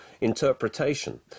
interpretation